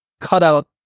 cutout